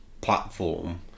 platform